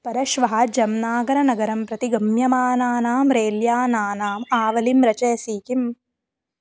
परश्वः जम्नागरनगरं प्रति गम्यमानानां रेल्यानानाम् आवलिं रचयसि किम्